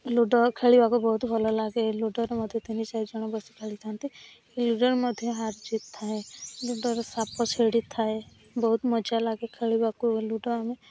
ludo ଖେଳିବାକୁ ବହୁତ ଭଲ ଲାଗେ ଲୁଡ଼ୋରେ ମଧ୍ୟ ତିନି ଚାରି ଜଣ ବସି ଖେଳିଥାନ୍ତି ଲୁଡ଼ୋରେ ମଧ୍ୟ ହାର ଜିତ୍ ଥାଏ ଲୁଡ଼ୋରେ ସାପ ସିଡ଼ି ଥାଏ ବହୁତ ମଜା ଲାଗେ ଖେଳିବାକୁ ଲୁଡ଼ୋ ଆମେ